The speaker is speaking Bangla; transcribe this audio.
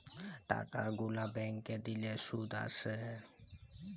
টাকা গুলা ব্যাংকে দিলে শুধ আসে